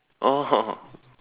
oh